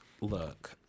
Look